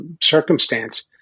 circumstance